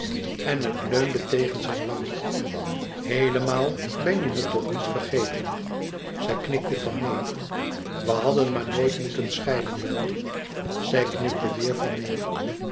en het leunde tegen zijn wang heelemaal ben je me toch niet vergeten zij knikte van neen we hadden maar nooit moeten scheiden wel zij knikte weêr van neen